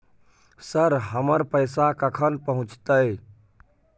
Sir, हमर पैसा कखन पहुंचतै?